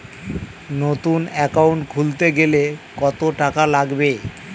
নতুন একাউন্ট খুলতে গেলে কত টাকা লাগবে?